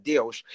Deus